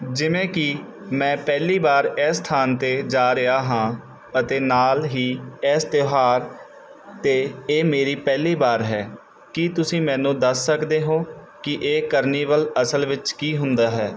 ਜਿਵੇਂ ਕਿ ਮੈਂ ਪਹਿਲੀ ਵਾਰ ਇਸ ਸਥਾਨ 'ਤੇ ਜਾ ਰਿਹਾ ਹਾਂ ਅਤੇ ਨਾਲ ਹੀ ਇਸ ਤਿਉਹਾਰ 'ਤੇ ਇਹ ਮੇਰੀ ਪਹਿਲੀ ਵਾਰ ਹੈ ਕੀ ਤੁਸੀਂ ਮੈਨੂੰ ਦੱਸ ਸਕਦੇ ਹੋ ਕਿ ਇਹ ਕਾਰਨੀਵਲ ਅਸਲ ਵਿੱਚ ਕੀ ਹੁੰਦਾ ਹੈ